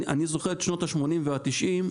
אני זוכר את שנות ה-80 וה-90,